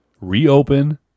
Reopen